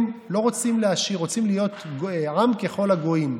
הם לא רוצים להשאיר, רוצים להיות עם ככל הגויים.